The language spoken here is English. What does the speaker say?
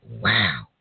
wow